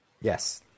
Yes